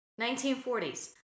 1940s